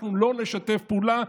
אנחנו לא נשתף פעולה,